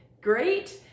great